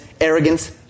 arrogance